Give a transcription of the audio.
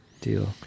deal